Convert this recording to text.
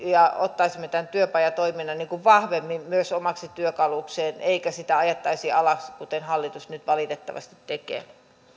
ja ottaisimme tämän työpajatoiminnan vahvemmin myös omaksi työkalukseen eikä sitä ajettaisi alas kuten hallitus nyt valitettavasti tekee